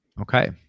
okay